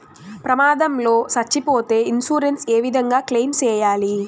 ప్రమాదం లో సచ్చిపోతే ఇన్సూరెన్సు ఏ విధంగా క్లెయిమ్ సేయాలి?